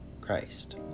Christ